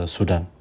Sudan